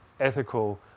ethical